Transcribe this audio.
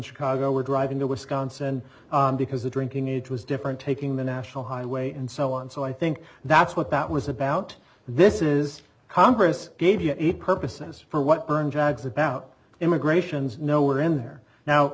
chicago were driving to wisconsin because the drinking age was different taking the national highway and so on so i think that's what that was about this is congress gave you eat purposes for what burned jaggs about immigrations no where in there now